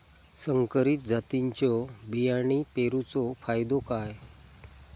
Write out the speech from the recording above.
संकरित जातींच्यो बियाणी पेरूचो फायदो काय?